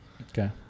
Okay